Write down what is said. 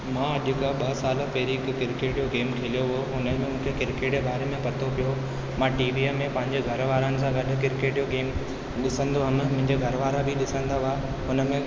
मां अॼु खां ॿ साल पहिरीं हिकु क्रिकेट जो गेम खेलियो हुओ हुन में मूंखे क्रिकेट जे बारे में पतो पियो मां टीवीअ में पंहिंजे घरवारनि सां गॾु क्रिकेट जो गेम ॾिसंदो हुअमि मुंहिंजे घरवारा बि ॾिसंदा हुआ हुन में